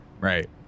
right